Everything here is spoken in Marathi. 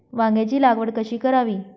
वांग्यांची लागवड कशी करावी?